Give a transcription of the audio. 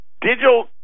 Digital